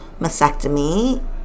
mastectomy